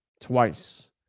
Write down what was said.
twice